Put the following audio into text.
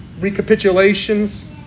recapitulations